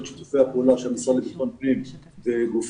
שיתופי הפעולה שהמשרד לביטחון פנים מקיים.